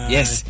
Yes